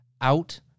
out